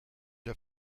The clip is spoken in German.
der